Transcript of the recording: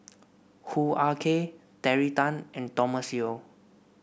Hoo Ah Kay Terry Tan and Thomas Yeo